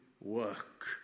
work